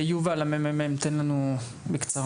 יובל מהממ"מ, תן לנו בקצרה.